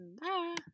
Bye